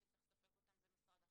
מי שצריך לספק אותם זה משרד החינוך,